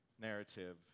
narrative